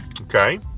okay